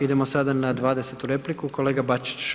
Idemo sada na 20 repliku kolega Bačić.